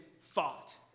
fought